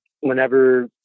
whenever